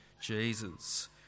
Jesus